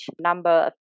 number